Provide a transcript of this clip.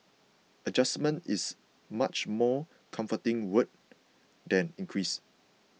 adjustment is a much more comforting word than increase